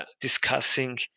discussing